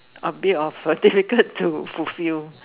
a bit of difficult to fulfill